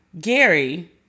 Gary